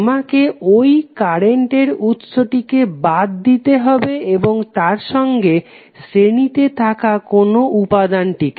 তোমাকে ঐ কারেন্ট উৎস টিকে বাদ দিতে হবে এবং তার সঙ্গে শ্রেণী তে থাকা কোনো উপাদানকে